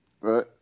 Right